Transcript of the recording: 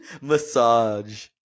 Massage